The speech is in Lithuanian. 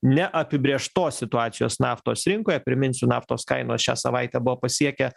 neapibrėžtos situacijos naftos rinkoje priminsiu naftos kainos šią savaitę buvo pasiekę